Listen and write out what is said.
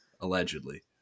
allegedly